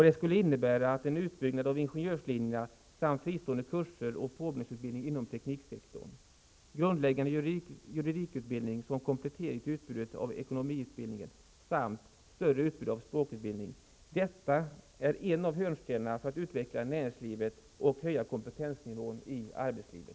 Det skulle innebära en utbyggnad av ingenjörslinjerna samt av fristående kurser och påbyggnadsutbildning inom tekniksektorn, grundläggande juridikutbildning som komplettering till utbudet av ekonomiutbildningar samt ett större utbud av språkutbildning. Detta är en av hörnstenarna för en utveckling av näringslivet och en höjning av kompetensnivån inom arbetslivet.